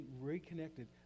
reconnected